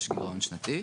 יש גירעון שנתי.